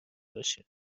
بشیم